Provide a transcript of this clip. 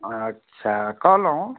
अच्छा कहलहुँ